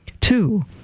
Two